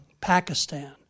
Pakistan